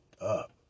up